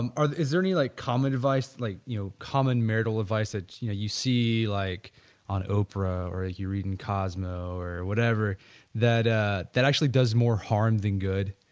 um is there any like common advice like you know common marital advice that you know you see like on opera or you read in cosmo or whatever that ah that actually does more harm than good?